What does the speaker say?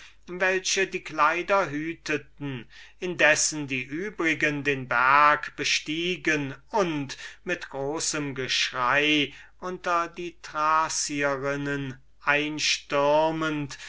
welche die kleider hüteten indessen daß die übrigen den berg bestiegen und mit großem geschrei unter die thracierinnen einstürmend